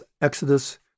exodus